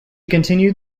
continued